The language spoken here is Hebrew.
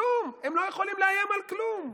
כלום, הם לא יכולים לאיים על כלום.